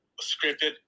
scripted